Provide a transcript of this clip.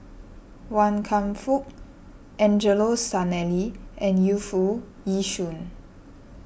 Wan Kam Fook Angelo Sanelli and Yu Foo Yee Shoon